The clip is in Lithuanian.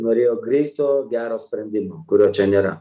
norėjo greito gero sprendimo kuriuo čia nėra